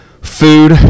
food